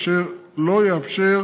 דבר אשר לא יאפשר